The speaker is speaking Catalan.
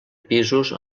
pisos